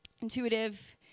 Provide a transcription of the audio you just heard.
intuitive